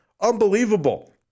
Unbelievable